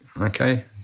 okay